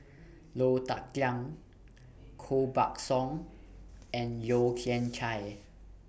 Low Thia Khiang Koh Buck Song and Yeo Kian Chye